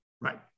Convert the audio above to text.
Right